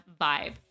vibe